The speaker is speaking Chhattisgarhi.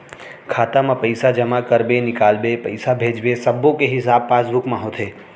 खाता म पइसा जमा करबे, निकालबे, पइसा भेजबे सब्बो के हिसाब पासबुक म होथे